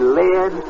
led